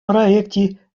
проекте